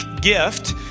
gift